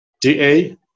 DA